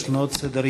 יש לנו עוד סדר-יום.